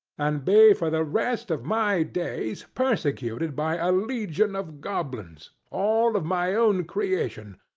and be for the rest of my days persecuted by a legion of goblins, all of my own creation.